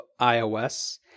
iOS